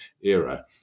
era